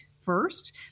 first